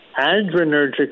Adrenergic